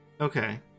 okay